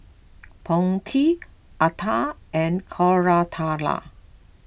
Potti Atal and Koratala